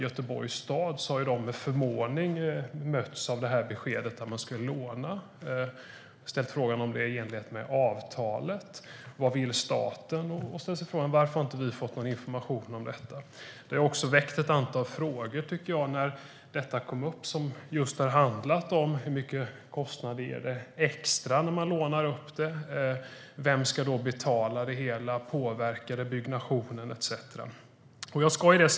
Göteborgs stad har med förvåning mötts av beskedet att man ska låna, och man har ställt frågan om det är i enlighet med avtalet. Man frågar sig vad staten vill och varför man inte har fått information om detta. Det har också väckt ett antal frågor: Hur mycket blir den extra kostnaden när man lånar upp? Vem ska betala det hela? Påverkar det byggnationen etcetera?